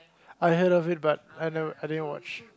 I heard of it but I never I didn't watch